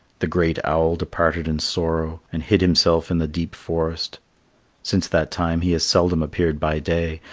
the great owl departed in sorrow, and hid himself in the deep forest since that time he has seldom appeared by day,